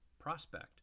prospect